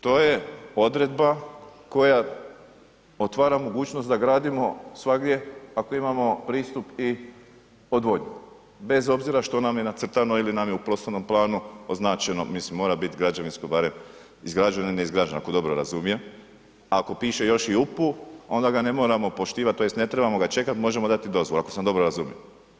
To je odredba koja otvara mogućnost da gradimo svagdje ako imamo pristup i odvodnju, bez obzira što nam je nacrtano ili nam je u prostornom planu označeno, mislim mora bit građevinsko barem izgrađeno, neizgrađeno ako dobro razumijem, ako piše još i upu, onda ga ne moramo poštivati tj. ne trebamo ga čekat, možemo dati dozvolu, ako sam dobro razumio.